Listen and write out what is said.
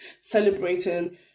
celebrating